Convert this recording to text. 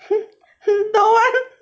don't want